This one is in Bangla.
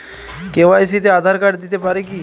কে.ওয়াই.সি তে আধার কার্ড দিতে পারি কি?